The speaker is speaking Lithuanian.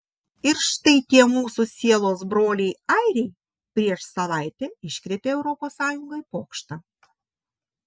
ir štai tie mūsų sielos broliai airiai prieš savaitę iškrėtė europos sąjungai pokštą